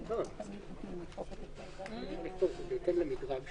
אפשר לכתוב "בהתאם למדרג"